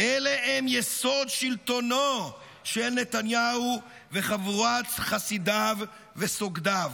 אלה הם יסוד שלטונו של נתניהו וחבורת חסידיו וסוגדיו.